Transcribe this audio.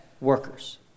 workers